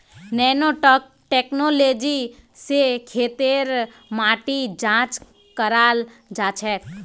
nano technology स खेतेर माटी जांच कराल जाछेक